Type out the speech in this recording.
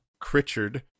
Critchard